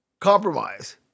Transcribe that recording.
compromise